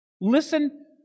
Listen